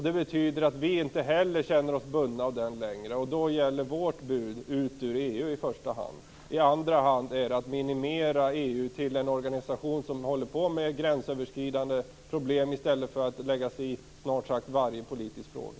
Det betyder att vi inte heller känner oss bundna av den längre. Då gäller vårt bud - ut ur EU - i första hand. I andra hand vill vi att EU skall minimeras till en organisation som arbetar med gränsöverskridande problem i stället för att lägga sig i snart sagt varje politisk fråga.